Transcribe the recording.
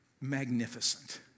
magnificent